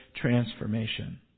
transformation